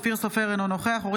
אינה נוכחת אופיר סופר,